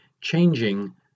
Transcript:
changing